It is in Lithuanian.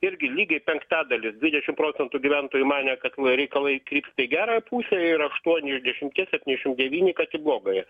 irgi lygiai penktadalis dvidešim procentų gyventojų manė kad reikalai krypsta į gerąją pusę ir aštuoni iš dešimties septyniasdešimt devyni kad į blogąją